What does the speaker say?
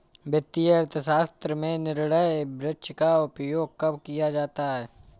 वित्तीय अर्थशास्त्र में निर्णय वृक्ष का उपयोग कब किया जाता है?